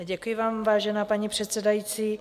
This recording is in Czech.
Děkuji vám, vážená paní předsedající.